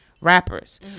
rappers